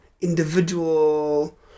individual